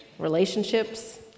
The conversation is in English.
relationships